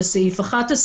בסעיף 11,